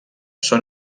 són